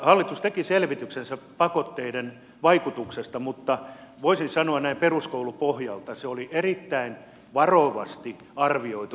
hallitus teki selvityksensä pakotteiden vaikutuksesta mutta voisin sanoa näin peruskoulupohjalta että se oli erittäin varovasti arvioitu